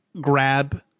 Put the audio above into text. grab